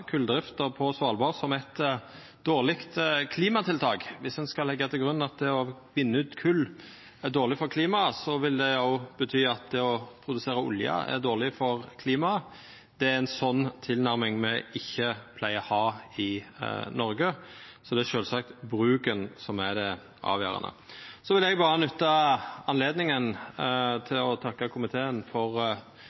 koldrifta på Svalbard ved å omtala det som eit dårleg klimatiltak: Dersom ein skal leggja til grunn at det å vinna ut kol er dårleg for klimaet, vil det bety at òg det å produsera olje er dårleg for klimaet. Det er ei slik tilnærming me ikkje pleier ha i Noreg. Det er sjølvsagt bruken som er det avgjerande. Så vil eg berre nytta anledninga